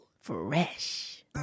fresh